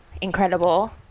Incredible